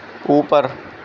اوپر